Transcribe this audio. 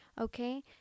okay